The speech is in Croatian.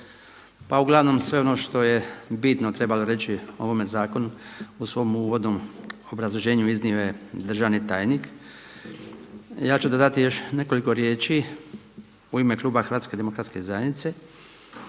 Pa uglavnom sve ono što je bitno trebalo reći o ovome zakonu u svom uvodnom obrazloženju iznio je državni tajnik. Ja ću dodati još nekoliko riječi u ime Kluba HDZ-a u kojima